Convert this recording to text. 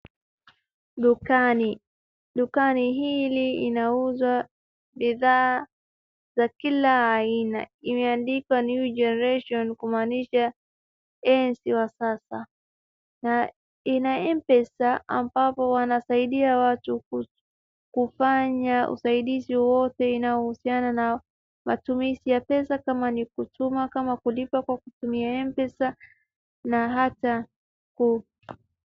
Dukani. Dukani hili inauzwa bidhaa za kila aina. Imeandikwa New Generation , kumaanisha enzi wa sasa, na ina M-pesa ambapo wanasaidia watu ku kufanya usaidizi wote inayohusiana na matumizi ya pesa, kama ni kutuma, kama kulipa kwa kutumia M-pesa, na hata ku...